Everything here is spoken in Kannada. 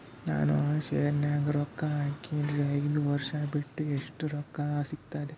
ನಾನು ಆ ಶೇರ ನ್ಯಾಗ ರೊಕ್ಕ ಹಾಕಿನ್ರಿ, ಐದ ವರ್ಷ ಬಿಟ್ಟು ಎಷ್ಟ ರೊಕ್ಕ ಸಿಗ್ತದ?